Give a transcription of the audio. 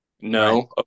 No